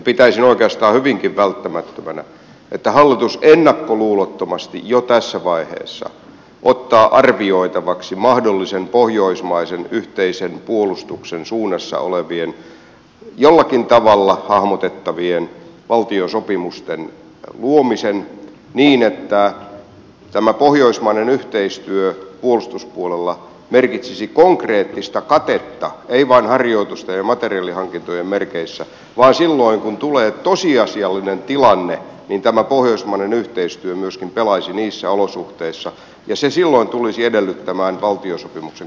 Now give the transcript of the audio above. pitäisin oikeastaan hyvinkin välttämättömänä että hallitus ennakkoluulottomasti jo tässä vaiheessa ottaa arvioitavaksi mahdollisen pohjoismaisen yhteisen puolustuksen suunnassa olevien jollakin tavalla hahmotettavien valtiosopimusten luomisen niin että tämä pohjoismainen yhteistyö puolustuspuolella merkitsisi konkreettista katetta ei vain harjoitusten ja materiaalihankintojen merkeissä vaan silloin kun tulee tosiasiallinen tilanne tämä pohjoismainen yhteistyö myöskin pelaisi niissä olosuhteissa ja se silloin tulisi edellyttämään valtiosopimuksen kaltaisia järjestelyjä